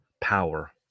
power